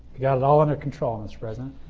got it all under control, mr. president.